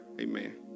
amen